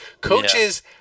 coaches